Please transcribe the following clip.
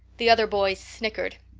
the other boys snickered.